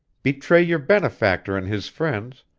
betray your benefactor and his friends,